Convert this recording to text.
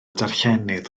darllenydd